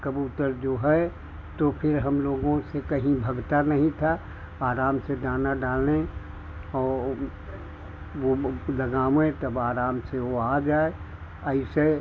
कबूतर जो है तो फिर हम लोगों से कहीं भागता नहीं था आराम से दाना डालें और लगावैं तब आराम से वह आ जाए ऐसे